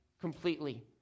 Completely